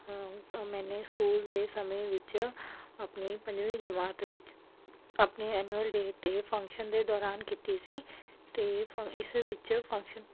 ਅ ਮੈਨੇ ਸਕੂਲ ਦੇ ਸਮੇਂ ਵਿੱਚ ਆਪਣੀ ਪੰਜਵੀਂ ਜਮਾਤ ਵਿੱਚ ਆਪਣੇ ਐਨੂਆਲ ਡੇ 'ਤੇ ਫੰਕਸ਼ਨ ਦੇ ਦੌਰਾਨ ਕੀਤੀ ਸੀ ਅਤੇ ਫ ਇਸ ਵਿੱਚ ਫੰਕਸ਼ਨ